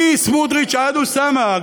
מסמוטריץ עד אוסאמה,